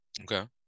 okay